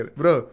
bro